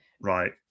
right